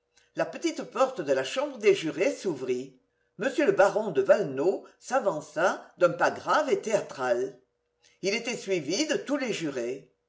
la petite porte de la chambre des jurés s'ouvrit m le baron de valenod s'avança d'un pas grave et théâtral il était suivi de tous les jurés